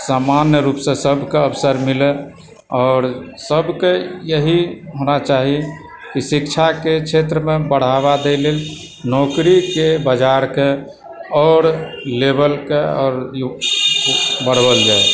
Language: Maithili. सामान्य रुपसँ सभकेँ अवसर मिलय आओर सभकेँ यही होना चाही कि शिक्षाके क्षेत्रमे बढ़ावा दय लेल नौकरीके बाजारके आओर लेवलके आओर बढ़ाओल जाय